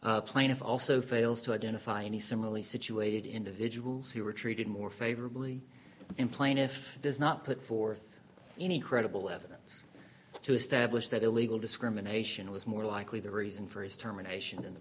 values plaintiff also fails to identify any similarly situated individuals who were treated more favorably in plaintiff does not put forth any credible evidence to establish that illegal discrimination was more likely the reason for his terminations in the